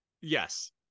yes